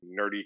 nerdy